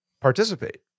participate